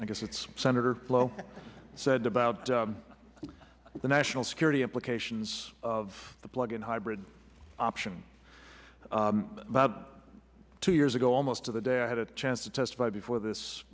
i guess it is senator lowe said about the national security implications of the plug in hybrid option about two years ago almost to the day i had a chance to testify before this